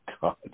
God